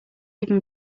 even